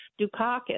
Dukakis